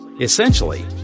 Essentially